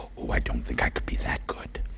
oh, i don't think i can be that good!